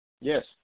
Yes